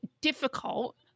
difficult